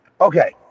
Okay